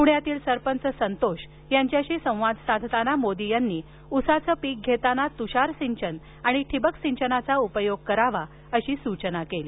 पण्यातील सरपंच संतोष यांच्याशी संवाद साधताना मोदी यांनी उसाचे पीक घेताना तुषार सिंचन आणि ठिबक सिंचनाचा उपयोग करावा अशी सूचना केली